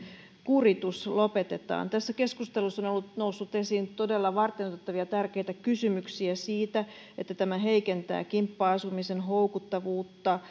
kuritus lopetetaan tässä keskustelussa on on noussut esiin todella varteenotettavia ja tärkeitä kysymyksiä siitä että tämä heikentää kimppa asumisen houkuttavuutta